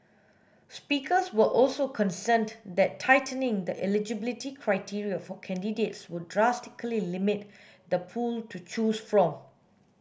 speakers were also concerned that tightening the eligibility criteria for candidates would drastically limit the pool to choose from